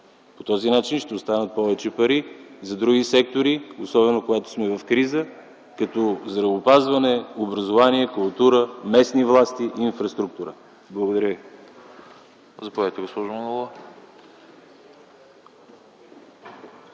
По този начин ще останат повече пари за други сектори, особено когато сме в криза, като здравеопазване, образование, култура, местни власти и инфраструктура. Благодаря ви.